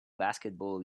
basketball